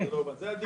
על זה הדיון.